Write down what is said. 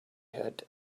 had